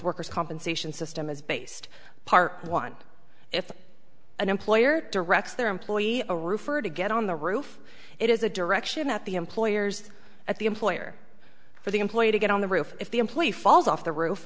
workers compensation system is based part one if an employer directs their employee a roofer to get on the roof it is a direction that the employers at the employer for the employer to get on the roof if the employee falls off the roof